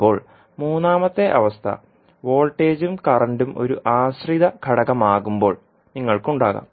ഇപ്പോൾ മൂന്നാമത്തെ അവസ്ഥ വോൾട്ടേജും കറന്റും ഒരു ആശ്രിത ഘടകമാകുമ്പോൾ നിങ്ങൾക്ക് ഉണ്ടാകാം